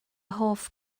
hoff